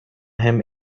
him